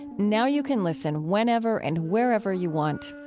now you can listen whenever and wherever you want.